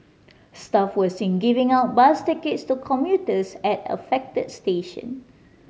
staff were seen giving out bus tickets to commuters at affected station